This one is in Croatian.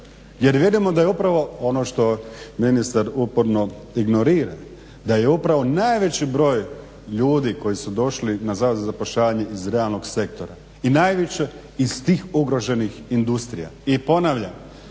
Jer vidimo da je upravo ono što ministar uporno ignorira da je upravo najveći broj ljudi koji su došli na Zavod za zapošljavanje iz realnog sektora i najviše iz tih ugroženih industrija. I ponavljam,